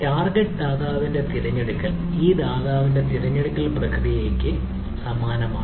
target ദാതാവിന്റെ തിരഞ്ഞെടുക്കൽ ഈ ദാതാവിന്റെ തിരഞ്ഞെടുക്കൽ നടപടിക്രമത്തിന് സമാനമാണ്